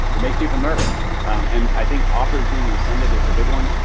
it makes people nervous and i think offers being rescinded is the big one.